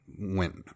went